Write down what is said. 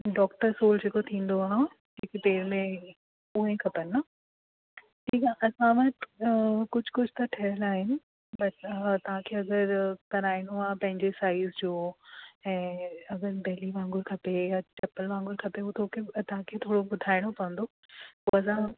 doctor sole जेको थींदो आहे हिकु पेर में उहे खपनि न ठीकु आहे असां वटि कुझु कुझु त ठहियल आहिनि त तव्हांखे अगरि कराइणो आहे पंहिंजे साइज़ जो ऐं अगरि बेली वांगुरु खपे या चप्पल वांगुरु खपे उहो तोखे तव्हांखे थोरो बुधाइणो पवंदो उहो न